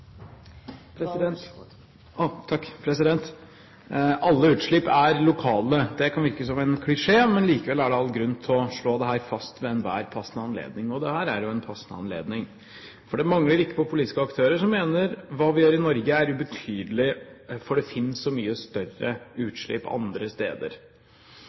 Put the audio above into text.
lokale. Det kan virke som en klisjé, men likevel er det all grunn til å slå dette fast ved enhver passende anledning, og dette er jo en passende anledning. For det mangler ikke på politiske aktører som mener at hva vi gjør i Norge, er ubetydelig fordi det finnes så mye større utslipp andre steder.